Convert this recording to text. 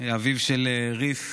אביו של ריף,